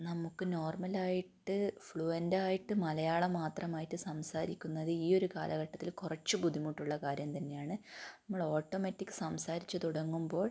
നമുക്ക് നോർമൽ ആയിട്ട് ഫ്ലുവന്റ് ആയിട്ട് മലയാളം മാത്രമായിട്ട് സംസാരിക്കുന്നത് ഈ ഒരു കാലഘട്ടത്തിൽ കുറച്ച് ബുദ്ധിമുട്ടുള്ള കാര്യം തന്നെയാണ് നമ്മൾ ഓട്ടോമാറ്റിക് സംസാരിച്ച് തുടങ്ങുമ്പോൾ